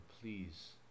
please